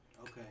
Okay